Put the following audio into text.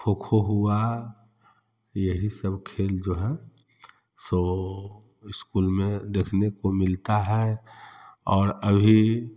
खोखो हुआ यही सब खेल जो है सो इस्कूल में देखने को मिलता है और अभी